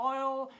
Oil